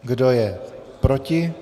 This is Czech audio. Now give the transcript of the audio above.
Kdo je proti?